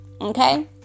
Okay